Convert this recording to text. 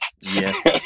Yes